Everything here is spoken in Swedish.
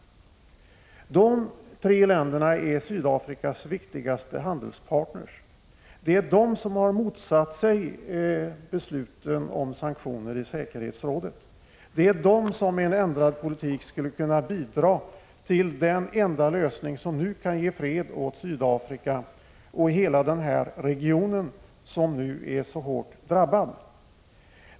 De tre länderna är Sydafrikas viktigaste handelspartner. Det är de som har motsatt sig besluten om sanktioner i säkerhetsrådet, och det är de som med en ändrad politik skulle kunna bidra till den enda lösning som nu kan ge fred i Sydafrika och i hela den region som för närvarande är så hårt drabbad.